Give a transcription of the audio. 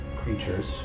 creatures